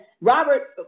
Robert